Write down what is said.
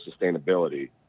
sustainability